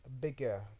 bigger